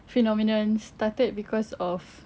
phenomenon started because of